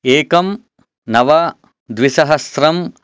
एकं नव द्विसहस्रं